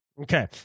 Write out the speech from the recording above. Okay